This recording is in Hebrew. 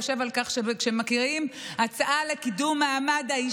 אני מבקש לאפשר לנואמת לדבר,